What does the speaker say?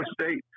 State